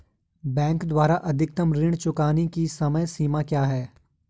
Bank द्वारा अधिकतम ऋण चुकाने की समय सीमा क्या है?